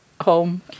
home